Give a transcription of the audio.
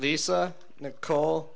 lisa nicole